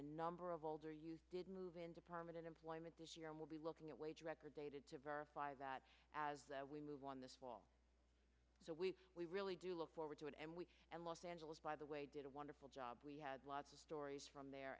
a number of older use did move into permanent employment this year and will be looking at ways david to verify that as we move on this fall so we we really do look forward to it and we and los angeles by the way did a wonderful job we had lots of stories from there